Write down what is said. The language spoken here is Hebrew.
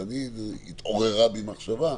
אבל התעוררה בי מחשבה.